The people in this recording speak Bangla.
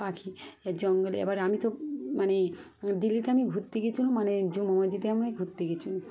পাখি এ জঙ্গলে এবার আমি তো মানে দিল্লিতে আমি ঘুরতে গিয়েছিলাম মানে জুমা মসজিদে আমি ঘুরতে গিয়েছিলাম